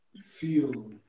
feel